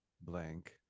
blank